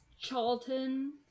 Charlton